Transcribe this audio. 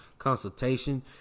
Consultation